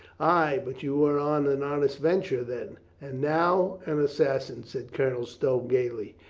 ay, but you were on an honest venture then. and now an assassin, said colonel stow gaily.